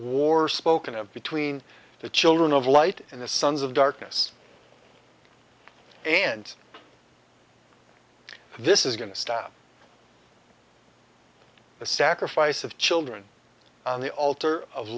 war spoken of between the children of light and the sons of darkness and this is going to stop the sacrifice of children on the altar of